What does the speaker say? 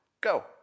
Go